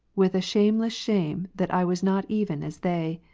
with a shameless shame that i was not even as they.